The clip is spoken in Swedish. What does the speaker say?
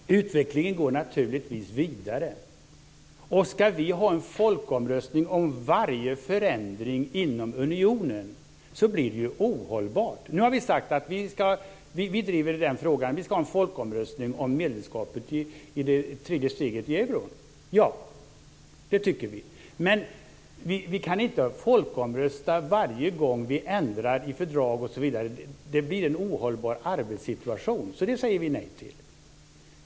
Fru talman! Utvecklingen går naturligtvis vidare. Och om vi ska ha en folkomröstning om varje förändring inom unionen så blir det ju ohållbart. Nu har vi sagt att vi driver den frågan. Vi ska ha en folkomröstning om medlemskapet i fråga om det tredje steget. Ja, det tycker vi. Men vi kan inte folkomrösta varje gång som vi ändrar i fördrag, osv. Det blir en ohållbar arbetssituation. Så det säger vi nej till.